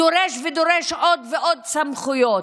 דורש ודורש עוד ועוד סמכויות,